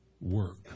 work